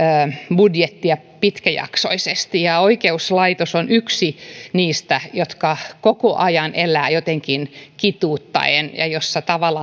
budjettia pitkäjaksoisesti ja oikeuslaitos on yksi niistä jotka koko ajan elävät jotenkin kituuttaen ja tavallaan